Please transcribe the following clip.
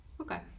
Okay